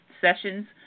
sessions